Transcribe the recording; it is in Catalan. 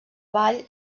vall